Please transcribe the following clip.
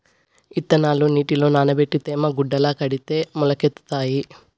ఇత్తనాలు నీటిలో నానబెట్టి తేమ గుడ్డల కడితే మొలకెత్తుతాయి